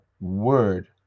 word